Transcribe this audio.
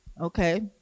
okay